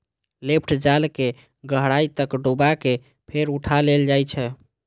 lift जाल कें गहराइ तक डुबा कें फेर उठा लेल जाइ छै